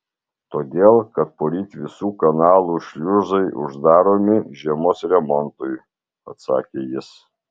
todėl kad poryt visų kanalų šliuzai uždaromi žiemos remontui atsakė jis